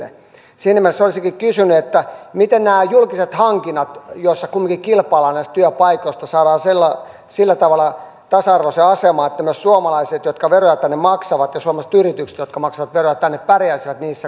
siinä mielessä olisinkin kysynyt miten nämä julkiset hankinnat joissa kumminkin kilpaillaan näistä työpaikoista saadaan sillä tavalla tasa arvoiseen asemaan että myös suomalaiset jotka veroja tänne maksavat ja suomalaiset yritykset jotka maksavat veroja tänne pärjäisivät niissä